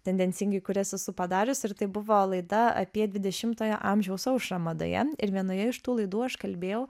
tendencingai kurias esu padariusi ir tai buvo laida apie dvidešimtojo amžiaus aušrą madoje ir vienoje iš tų laidų aš kalbėjau